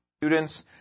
students